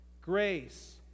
grace